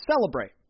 celebrate